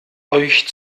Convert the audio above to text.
euch